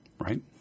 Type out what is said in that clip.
right